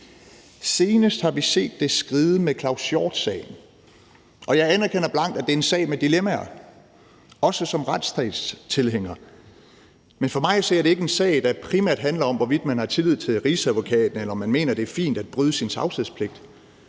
Senest har vi set det skride med Claus Hjort Frederiksen-sagen. Jeg anerkender blankt, at det er en sag med dilemmaer, også som retsstatstilhænger, men for mig at se er det ikke en sag, der primært handler om, hvorvidt man har tillid til Rigsadvokaten, eller om man mener, det er fint at bryde sin tavshedspligt;